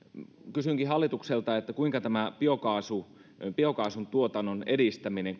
kysynkin hallitukselta kuinka tämä biokaasun biokaasun tuotannon edistäminen